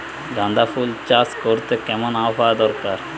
গাঁদাফুল চাষ করতে কেমন আবহাওয়া দরকার?